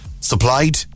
Supplied